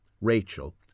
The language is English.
Rachel